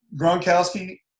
Gronkowski –